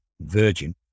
virgin